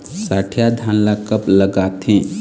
सठिया धान ला कब लगाथें?